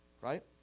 Right